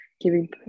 giving